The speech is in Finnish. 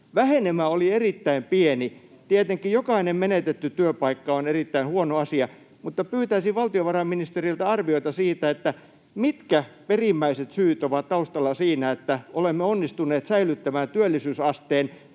Vähenemä oli erittäin pieni. Tietenkin jokainen menetetty työpaikka on erittäin huono asia, mutta pyytäisin valtiovarainministeriltä arviota siitä, mitkä perimmäiset syyt ovat taustalla siinä, että olemme onnistuneet säilyttämään työllisyysasteen